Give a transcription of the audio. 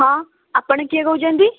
ହଁ ଆପଣ କିଏ କହୁଛନ୍ତି